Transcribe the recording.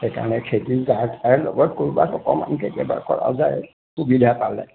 সেইকাৰণে খেতিৰ যাৰে তাৰে লগত কৰ'বাত অকণমান কৰা যায় সুবিধা পালে